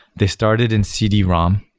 they started in cd-rom.